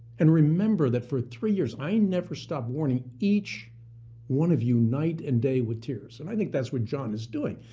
and remember that for three years i never stop warning each one of you night and day with tears, and i think that's what john is doing.